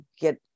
get